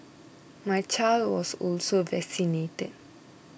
my child was also vaccinated